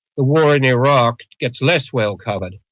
the war in iraq gets less well covered,